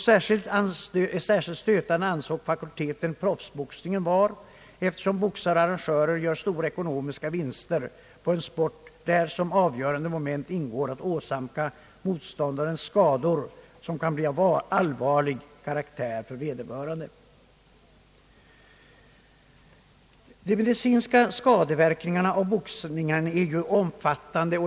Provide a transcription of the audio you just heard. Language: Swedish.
Särskilt stötande ansåg fakulteten proffsboxningen vara, eftersom boxare och arrangörer gör stora ekonomiska vinster på en sport, där som avgörande moment ingår att åsamka motståndaren skador som kan bli av allvarlig karaktär för vederbörande. De medicinska skadeverkningarna av boxningen är omfattande.